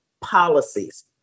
policies